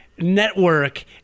network